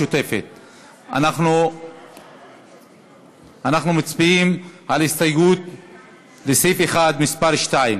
הכנסת זהבה גלאון, אילן גילאון, עיסאווי פריג',